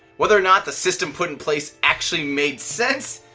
whether or not the system put in place actually made sense,